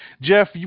jeff